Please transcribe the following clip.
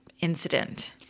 incident